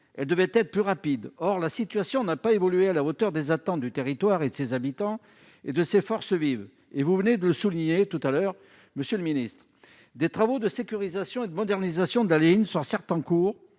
elle devait être plus rapide, or la situation n'a pas évolué à la hauteur des attentes du territoire et de ses habitants et de ses forces vives et vous venez de souligner tout à l'heure monsieur le Ministre des travaux de sécurisation et de modernisation de la ligne sont certes en cours